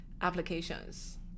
applications